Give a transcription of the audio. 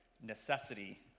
necessity